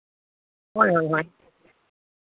ᱦᱳᱭ ᱦᱳᱭ